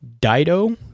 dido